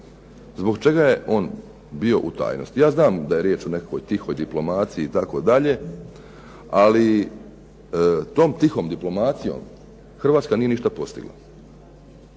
zbog čega je on bio u tajnosti? Ja znam da je riječ o nekoj tihoj diplomacijom itd. ali tom tihom diplomacijom Hrvatska nije ništa postigla.